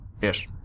yes